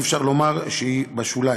אי-אפשר לומר שהיא בשוליים.